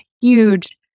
huge